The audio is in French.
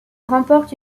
remporte